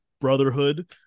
Brotherhood